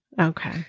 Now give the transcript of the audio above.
Okay